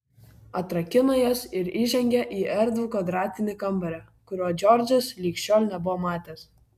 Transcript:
atrakino jas ir įžengė į erdvų kvadratinį kambarį kurio džordžas lig šiol nebuvo matęs